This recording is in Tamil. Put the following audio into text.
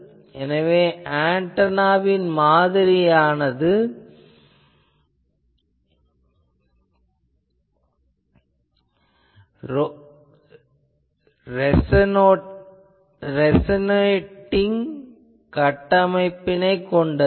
எனவே ஆன்டெனாவின் மாதிரியானது ரேசொநேட்டிங் கட்டமைப்பு உடையது